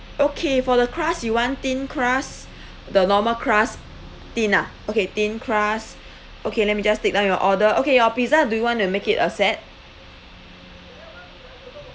okay for the crust you want thin crust the normal crust thin ah okay thin crust okay let me just take down your order okay your pizza do you want to make it a set